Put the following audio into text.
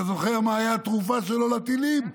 אתה זוכר מה הייתה התרופה שלו לטילים?